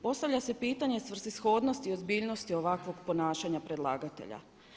Postavlja se pitanje svrsishodnosti i ozbiljnosti ovakvog ponašanja predlagatelja.